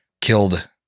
killed